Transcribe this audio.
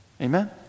Amen